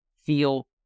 Feel